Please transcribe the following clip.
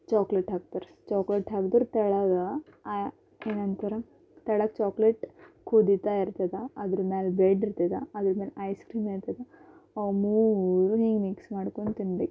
chocolate ಹಾಕ್ತರ chocolate ಹಾಕ್ದರ ತೆಳಗ ಏನಂತರ ತೆಳಗ ಚಾಕ್ಲೆಟ್ ಕುದಿತ ಇರ್ತದ ಅದ್ರ ಮ್ಯಾಲ ಬ್ರೆಡ್ಡಿರ್ತದ ಅದ್ರ ಮ್ಯಾಲ ಐಸ್ಕ್ರೀಮ್ ಇರ್ತದ ಆ ಮೂರು ಮಿಕ್ಸ್ ಮಾಡ್ಕೊಂಡು ತಿನ್ಬೇಕು